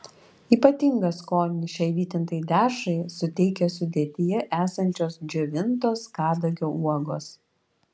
ypatingą skonį šiai vytintai dešrai suteikia sudėtyje esančios džiovintos kadagio uogos